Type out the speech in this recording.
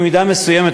במידה מסוימת,